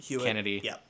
Kennedy